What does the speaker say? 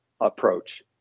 approach